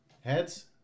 Heads